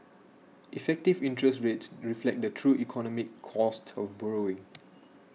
effective interest rates reflect the true economic cost of borrowing